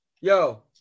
Yo